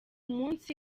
munsi